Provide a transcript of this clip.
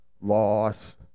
loss